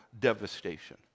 devastation